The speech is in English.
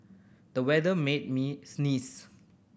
the weather made me sneeze